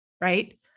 right